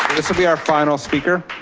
this will be our final speaker.